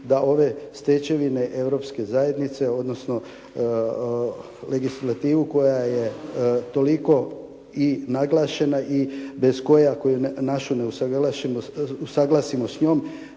da ove stečevine Europske zajednice odnosno legislativu koja je toliko i naglašena i bez koje, ako našu ne usuglasimo s njom,